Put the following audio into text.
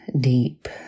deep